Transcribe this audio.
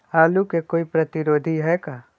आलू के कोई प्रतिरोधी है का?